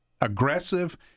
aggressive